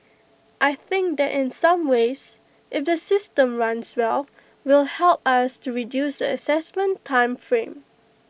I think that in some ways if the system runs well will help us to reduce the Assessment time frame